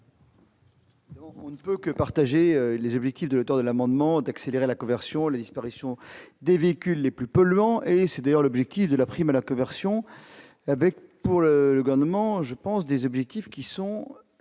On ne peut que partager les objectifs de l'auteur de l'amendement d'accélérer la conversion, les disparitions des véhicules les plus polluants et c'est d'ailleurs l'objectif de la prime à la perversion avec pour le le garnement je pense des objectifs qui sont